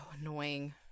annoying